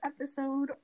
episode